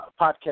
podcast